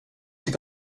till